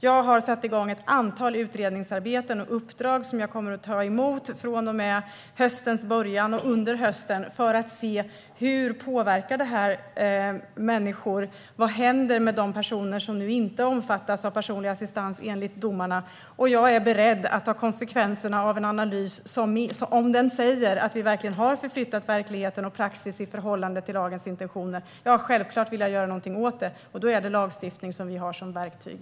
Jag har satt igång ett antal uppdrag och utredningsarbeten som jag kommer att ta emot under hösten för att se hur domarna påverkar människor, vad som händer med de personer som inte omfattas av personlig assistans enligt domarna. Och jag är beredd att ta konsekvenserna av en analys om den säger att domarna verkligen har förflyttat verkligheten och praxis i förhållande till lagens intentioner. Självklart vill jag göra något åt detta, och då är det lagstiftning som vi har som verktyg.